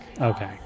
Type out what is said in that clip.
Okay